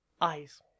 eyes